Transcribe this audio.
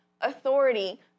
authority